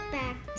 back